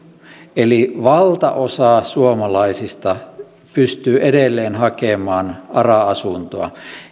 eli valtaosa suomalaisista pystyy edelleen hakemaan ara asuntoa